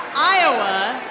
iowa.